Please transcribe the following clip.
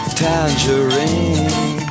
tangerine